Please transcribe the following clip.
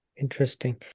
Interesting